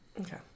Okay